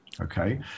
Okay